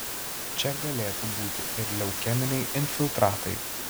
čia galėtų būti ir leukeminiai infiltratai